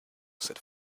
said